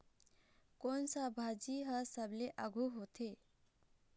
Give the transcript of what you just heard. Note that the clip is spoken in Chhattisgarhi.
कोन सा भाजी हा सबले आघु होथे?